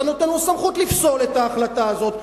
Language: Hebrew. אתה נותן לו סמכות לפסול את ההחלטה הזאת.